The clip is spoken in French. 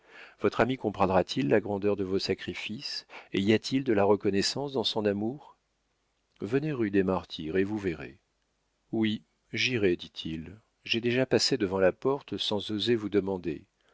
votre ami comprendra t il la grandeur de vos sacrifices et y a-t-il de la reconnaissance dans son amour venez rue des martyrs et vous verrez oui j'irai dit-il j'ai déjà passé devant la porte sans oser vous demander